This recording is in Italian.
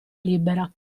libera